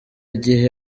gihe